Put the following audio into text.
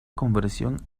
conversión